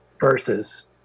versus